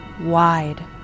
wide